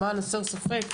למען הסר ספק.